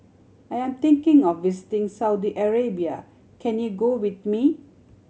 I am thinking of visiting Saudi Arabia can you go with me